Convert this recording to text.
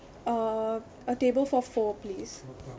uh a table for four please